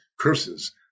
curses